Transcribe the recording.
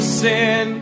sin